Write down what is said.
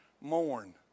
mourn